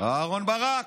אהרן ברק.